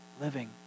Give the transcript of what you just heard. Living